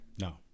No